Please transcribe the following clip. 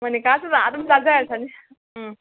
ꯃꯣꯅꯤꯀꯥꯁꯨ ꯂꯥꯛꯑꯒ ꯑꯗꯨꯝ ꯆꯥꯖꯔꯁꯅꯤ ꯎꯝ